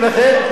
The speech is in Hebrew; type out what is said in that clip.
ולכן,